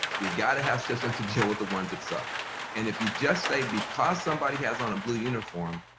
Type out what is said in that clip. you gotta have systems to deal with the ones that suck and if you just say because somebody has on a blue uniform,